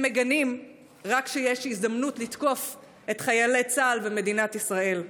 הם מגנים רק כשיש הזדמנות לתקוף את חיילי צה"ל ומדינת ישראל.